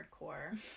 hardcore